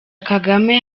kagame